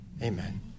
Amen